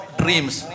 dreams